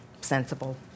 sensible